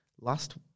last